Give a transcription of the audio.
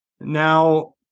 Now